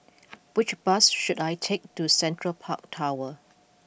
which bus should I take to Central Park Tower